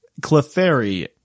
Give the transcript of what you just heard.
Clefairy